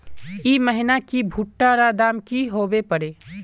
ई महीना की भुट्टा र दाम की होबे परे?